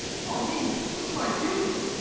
o me! what shall i do?